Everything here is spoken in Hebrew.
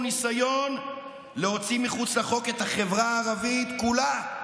ניסיון להוציא מחוץ לחוק את החברה הערבית כולה,